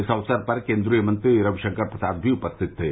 इस अवसर पर केन्द्रीय मंत्री रविशंकर प्रसाद भी उपस्थित थे